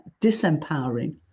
disempowering